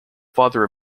father